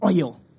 oil